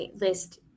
list